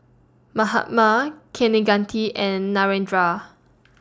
Mahatma Kaneganti and Narendra